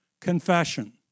confession